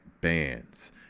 bands